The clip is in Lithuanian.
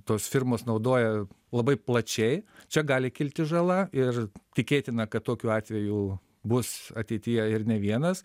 tos firmos naudoja labai plačiai čia gali kilti žala ir tikėtina kad tokių atvejų bus ateityje ir ne vienas